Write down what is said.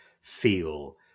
feel